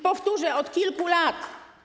Powtórzę: od kilku lat.